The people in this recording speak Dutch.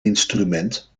instrument